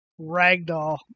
ragdoll